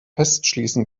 festschließen